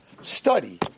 study